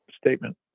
statement